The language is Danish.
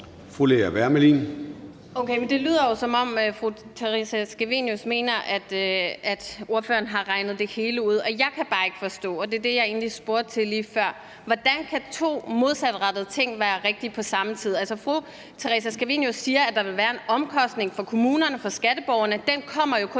Lea Wermelin (S): Okay, men det lyder jo, som om fru Theresa Scavenius mener, at hun har regnet det hele ud. Men jeg kan bare ikke forstå – og det er det, jeg egentlig spurgte til lige før – hvordan to modsatrettede ting kan være rigtige på samme tid. Altså, fru Theresa Scavenius siger, at der vil være en omkostning for kommunerne og for skatteborgerne, men den kommer jo kun,